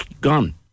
gone